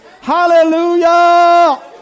Hallelujah